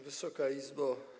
Wysoka Izbo!